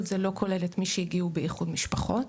זה לא כולל את מי שהגיעו באיחוד משפחות.